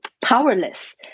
powerless